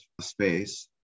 space